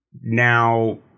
now